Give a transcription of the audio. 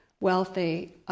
wealthy